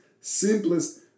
simplest